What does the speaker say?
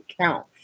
count